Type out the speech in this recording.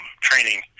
training